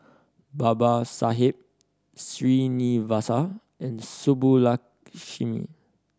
Babasaheb Srinivasa and Subbulakshmi